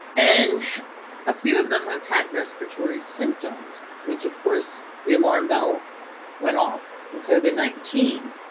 and a few of them have had respiratory symptoms which of course the alarm bell went off the covid nineteen